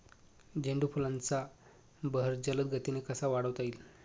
झेंडू फुलांचा बहर जलद गतीने कसा वाढवता येईल?